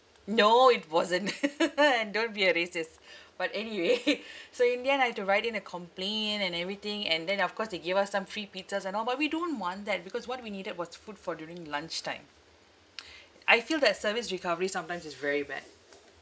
no it wasn't don't be a racist but anyway so in the end I'd to write in a complain and everything and then of course they give us some free pizzas and all but we don't want that because what we needed was food for during lunchtime I feel their service recovery sometimes is very bad